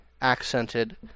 accented